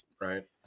right